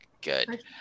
Good